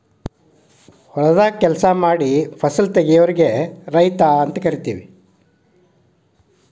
ಹೊಲದಾಗ ಕೆಲಸಾ ಮಾಡಿ ಫಸಲ ತಗಿಯೋರಿಗೆ ರೈತ ಅಂತೆವಿ